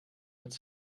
met